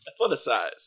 Athleticize